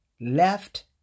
left